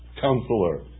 counselor